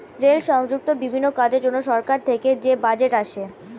rail সংযুক্ত বিভিন্ন কাজের জন্য সরকার থেকে যে বাজেট আসে